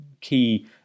key